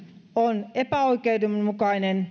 on epäoikeudenmukainen